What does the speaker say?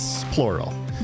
plural